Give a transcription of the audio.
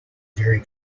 very